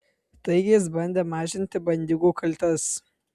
taigi jis bandė mažinti bandiūgų kaltes